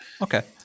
Okay